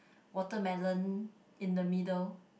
watermelon in the middle